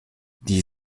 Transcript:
die